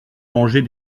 manger